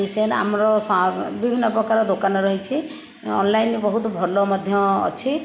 ଇସେନ ଆମର ବିଭିନ୍ନ ପ୍ରକାର ଦୋକାନ ରହିଛି ଅନଲାଇନ୍ ବହୁତ୍ ଭଲ ମଧ୍ୟ ଅଛି